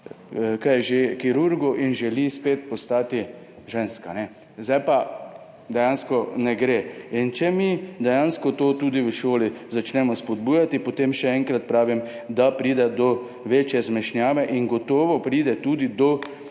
k temu kirurgu in želi spet postati ženska. Nazaj pa dejansko ne gre. In če mi dejansko to tudi v šoli začnemo spodbujati, potem, še enkrat pravim, pride do večje zmešnjave in gotovo pride tudi do